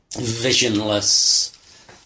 visionless